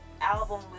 album